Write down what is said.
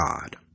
God